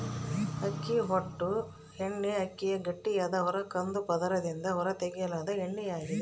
ಅಕ್ಕಿ ಹೊಟ್ಟು ಎಣ್ಣೆಅಕ್ಕಿಯ ಗಟ್ಟಿಯಾದ ಹೊರ ಕಂದು ಪದರದಿಂದ ಹೊರತೆಗೆಯಲಾದ ಎಣ್ಣೆಯಾಗಿದೆ